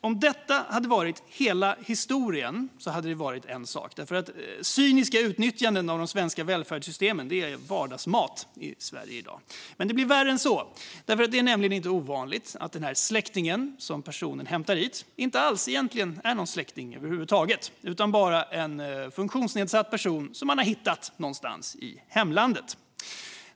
Om detta hade varit hela historien vore det en sak. Cyniska utnyttjanden av de svenska välfärdssystemen är vardagsmat för Sverige i dag. Men det är värre än så. Det är nämligen inte ovanligt att den släkting som personen hämtar hit egentligen inte alls är någon släkting över huvud taget utan bara en funktionsnedsatt person som man har hittat någonstans i hemlandet.